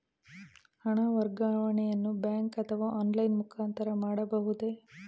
ಹಣ ವರ್ಗಾವಣೆಯನ್ನು ಬ್ಯಾಂಕ್ ಅಥವಾ ಆನ್ಲೈನ್ ಮುಖಾಂತರ ಮಾಡಬಹುದೇ?